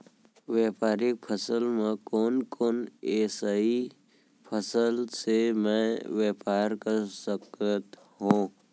व्यापारिक फसल म कोन कोन एसई फसल से मैं व्यापार कर सकत हो?